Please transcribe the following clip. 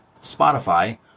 Spotify